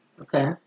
Okay